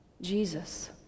Jesus